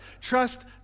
trust